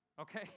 okay